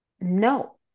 no